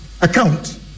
account